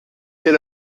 quel